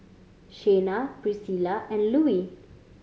Shayna Priscilla and Louie